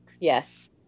yes